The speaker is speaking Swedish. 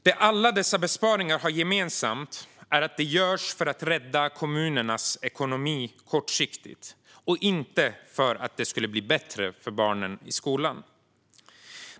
Det alla dessa besparingar har gemensamt är att de görs för att rädda kommunernas ekonomi kortsiktigt, inte för att det skulle bli bättre för barnen i skolan.